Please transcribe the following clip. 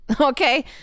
okay